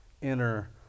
inner